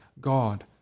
God